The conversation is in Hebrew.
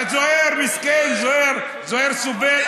זוהיר מסכן, זוהיר סובל.